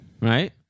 Right